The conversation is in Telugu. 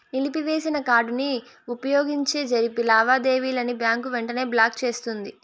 నిలిపివేసిన కార్డుని వుపయోగించి జరిపే లావాదేవీలని బ్యాంకు వెంటనే బ్లాకు చేస్తుంది